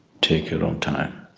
take your own time,